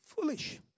foolish